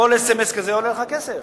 כל אס.אם.אס כזה עולה לך כסף.